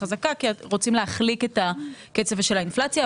חזקה כי רוצים להחליק את הקצב של האינפלציה,